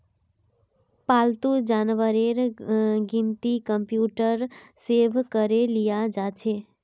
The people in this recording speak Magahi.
पालतू जानवरेर गिनती कंप्यूटरत सेभ करे लियाल जाछेक